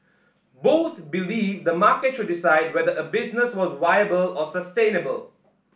both believed the market should decide whether a business was viable or sustainable